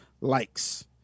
likes